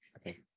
Okay